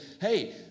hey